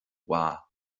maith